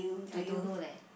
I don't know leh